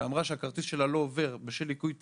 ואמרה שהכרטיס שלה לא עובר בשל ליקוי טכני.